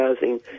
housing